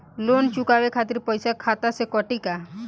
Loan चुकावे खातिर पईसा खाता से कटी का?